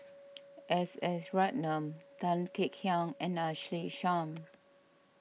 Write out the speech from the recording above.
S S Ratnam Tan Kek Hiang and Ashley Isham